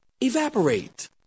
evaporate